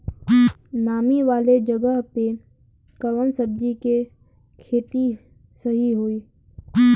नामी वाले जगह पे कवन सब्जी के खेती सही होई?